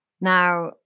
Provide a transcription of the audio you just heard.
Now